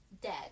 dead